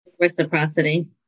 Reciprocity